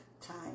time